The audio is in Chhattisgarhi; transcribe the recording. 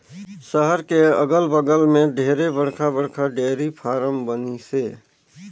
सहर के अगल बगल में ढेरे बड़खा बड़खा डेयरी फारम बनिसे